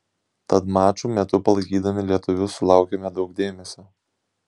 tad mačų metu palaikydami lietuvius sulaukėme daug dėmesio